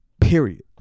period